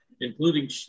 including